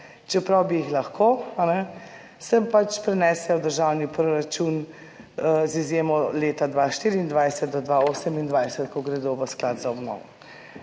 čeprav bi jih lahko, se pač prenesejo v državni proračun z izjemo leta 2024 do 2028, ko gredo v sklad za obnovo.